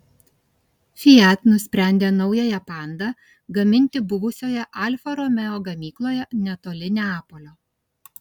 fiat nusprendė naująją panda gaminti buvusioje alfa romeo gamykloje netoli neapolio